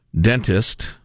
dentist